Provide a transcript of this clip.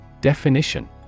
Definition